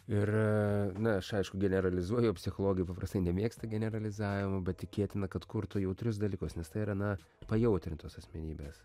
ir na aš aišku generalizuoju psichologai paprastai nemėgsta generalizavimo bet tikėtina kad kurtų jautrius dalykus nes tai yra na pajautrintos asmenybės